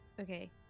okay